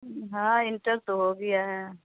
ہاں انٹر تو ہو گیا ہے